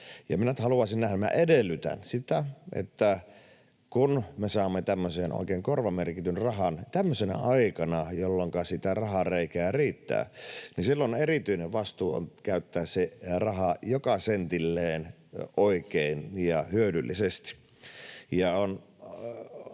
nyt haluaisin nähdä — minä edellytän sitä — että kun me saamme tämmöisen oikein korvamerkityn rahan tämmöisenä aikana, jolloinka sitä rahareikää riittää, niin silloin erityinen vastuu on käyttää se raha joka sentilleen oikein ja hyödyllisesti.